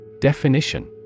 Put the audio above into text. Definition